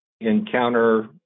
encounter